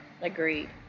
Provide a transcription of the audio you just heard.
agreed